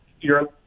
Europe